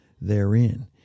therein